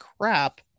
crap